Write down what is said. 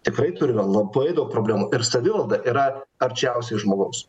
tikrai turime labai daug problemų ir savivalda yra arčiausiai žmogaus